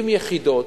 רק 670 יחידות,